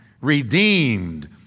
redeemed